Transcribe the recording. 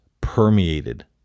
permeated